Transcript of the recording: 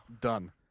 done